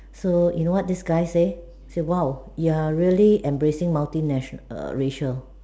so you know what this guy say he say !wow! you are really embracing multi nat~ err racial